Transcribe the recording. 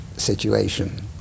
Situation